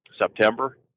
September